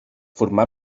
format